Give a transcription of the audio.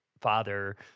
father